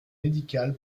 médical